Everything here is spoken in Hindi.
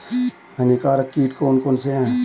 हानिकारक कीट कौन कौन से हैं?